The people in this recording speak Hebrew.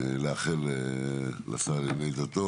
לאחל לשר לענייני דתות,